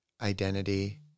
identity